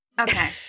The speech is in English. Okay